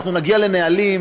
אנחנו נגיע לנהלים.